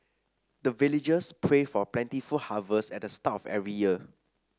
the villagers pray for plentiful harvest at the start of every year